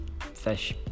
fish